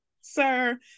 sir